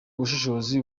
ubushishozi